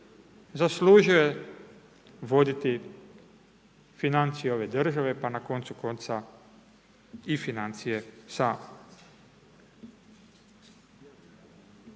zaslužuje voditi financije ove države pa na koncu konca i financije same?